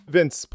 vince